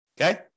Okay